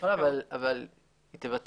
מופיע